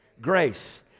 Grace